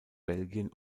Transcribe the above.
belgien